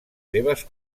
seves